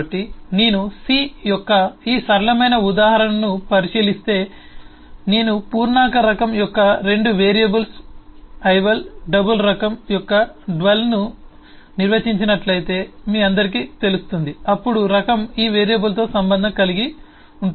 కాబట్టి నేను సి యొక్క ఈ సరళమైన ఉదాహరణను పరిశీలిస్తే నేను పూర్ణాంక రకం యొక్క 2 వేరియబుల్స్ ఐవల్ డబుల్ రకం యొక్క డ్వల్ ను నిర్వచించినట్లయితే మీ అందరికీ తెలుస్తుంది అప్పుడు రకం ఈ వేరియబుల్స్తో సంబంధం కలిగి ఉంటుంది